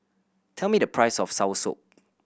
tell me the price of soursop